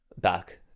Back